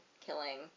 killing